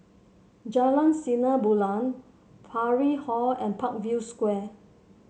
Jalan Sinar Bulan Parry Hall and Parkview Square